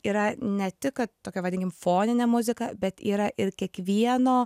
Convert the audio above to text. yra ne tik tokia vadinkim foninė muzika bet yra ir kiekvieno